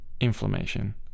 inflammation